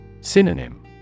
Synonym